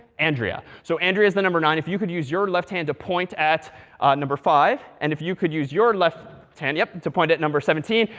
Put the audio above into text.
so andrea is the number nine. if you could use your left hand to point at number five. and if you could use your left hand, yep, to point at number seventeen.